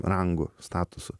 rangu statusu